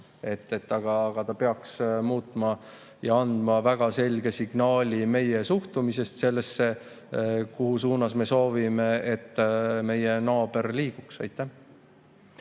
Aga ta peaks andma väga selge signaali meie suhtumisest sellesse, mis suunas me soovime, et meie naaber liiguks. Tarmo